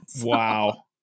Wow